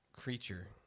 creature